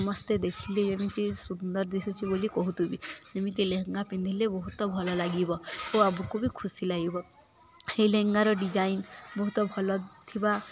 ସମସ୍ତେ ଦେଖିଲି ଯେମିତି ସୁନ୍ଦର ଦିଶୁଚି ବୋଲି କହୁଥୁବି ଯେମିତି ଲେହେଙ୍ଗା ପିନ୍ଧିଲେ ବହୁତ ଭଲ ଲାଗିବ ଓ ଆଗକୁ ବି ଖୁସି ଲାଗିବ ଏଇ ଲେହେଙ୍ଗାର ଡିଜାଇନ୍ ବହୁତ ଭଲ ଥିବା